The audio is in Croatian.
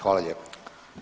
Hvala lijepo.